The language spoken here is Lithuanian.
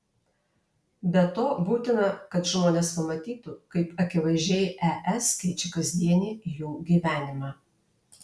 be to būtina kad žmonės pamatytų kaip akivaizdžiai es keičia kasdienį jų gyvenimą